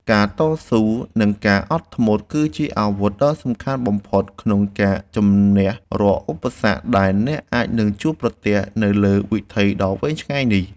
ការតស៊ូ និងការអត់ធ្មត់គឺជាអាវុធដ៏សំខាន់បំផុតក្នុងការជម្នះរាល់ឧបសគ្គដែលអ្នកអាចនឹងជួបប្រទះនៅលើវិថីដ៏វែងឆ្ងាយនេះ។